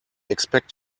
expect